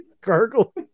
gargle